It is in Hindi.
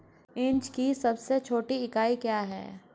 इंच की सबसे छोटी इकाई क्या है?